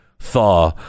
thaw